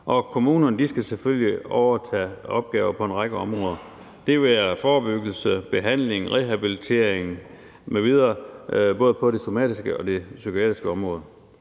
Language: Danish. og kommunerne skal selvfølgelig overtage opgaver på en række områder. Det være sig forebyggelse, behandling, rehabilitering m.v., både på det somatiske og det psykiatriske område.